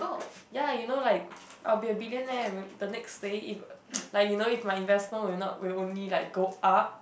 ya you know like I will be a billionaire will the next day if like you know if my investment will not will only like go up